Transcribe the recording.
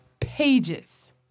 pages